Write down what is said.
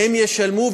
הן ישלמו,